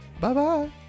Bye-bye